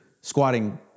squatting